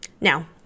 Now